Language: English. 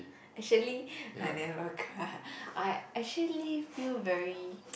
actually I never cry I actually feel very